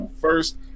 first